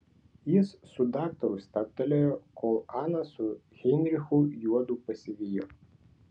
jis su daktaru stabtelėjo kol ana su heinrichu juodu pasivijo